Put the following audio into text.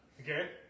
Okay